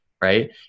Right